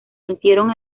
vencieron